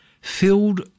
filled